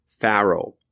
Pharaoh